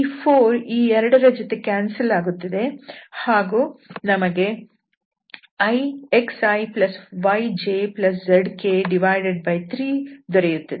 ಈ 4 ಈ 2 ರ ಜೊತೆ ಕ್ಯಾನ್ಸಲ್ ಆಗುತ್ತದೆ ಮತ್ತು ನಮಗೆ xiyjzk3 ದೊರೆಯುತ್ತದೆ